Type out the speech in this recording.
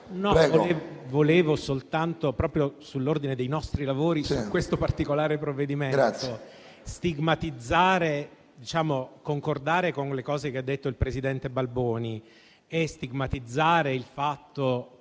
Presidente, intervengo sull'ordine dei nostri lavori su questo particolare provvedimento. Vorrei concordare con le cose che ha detto il presidente Balboni e stigmatizzare il fatto che